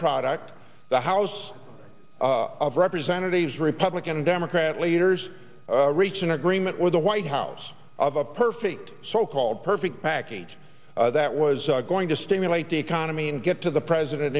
product the house of representatives republican democrat leaders reached an agreement with the white house of a perfect so called perfect package that was going to stimulate the economy and get to the president